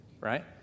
right